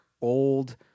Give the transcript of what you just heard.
old